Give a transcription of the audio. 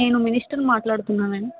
నేను మినిస్టర్ని మాట్లాడుతున్నానండి